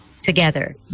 together